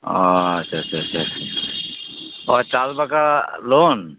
ᱳᱟᱪᱪᱷᱟ ᱟᱪᱪᱷᱟ ᱪᱟᱥ ᱵᱟᱠᱷᱨᱟ ᱞᱳᱱ